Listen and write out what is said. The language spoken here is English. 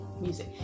music